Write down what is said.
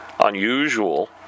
Unusual